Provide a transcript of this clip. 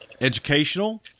educational